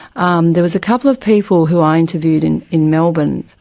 um there was a couple of people who i interviewed in in melbourne,